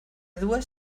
dues